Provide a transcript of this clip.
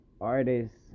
Artists